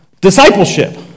discipleship